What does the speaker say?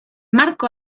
marco